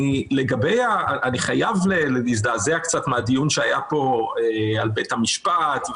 אני חייב להזדעזע קצת מהדיון שהיה פה על בית המשפט,